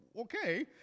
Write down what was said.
okay